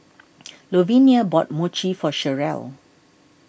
Louvenia bought Mochi for Cherelle